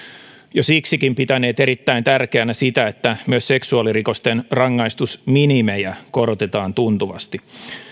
jo siksikin pitäneet erittäin tärkeänä sitä että myös seksuaalirikosten rangaistusminimejä korotetaan tuntuvasti